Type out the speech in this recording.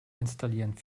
installieren